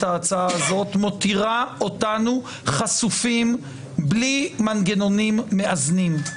ההצעה הזאת מותירה אותנו חשופים בלי מנגנונים מאזנים.